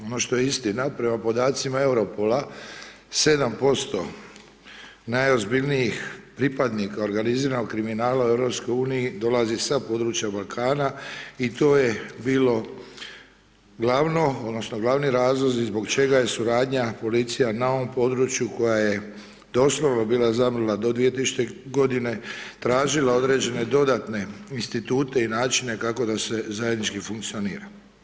Ono što je istina, prema podacima Europola, 7% najozbiljnijih pripadnika organiziranog kriminala u EU dolazi sa područja Balkana i to je bilo glavno odnosno glavni razlozi zbog čega je suradnja policija na ovom području, koja je doslovno bila zamrla do 2000.-te godine, tražila određene dodatne institute i načine kako da sve zajednički funkcionira.